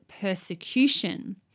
persecution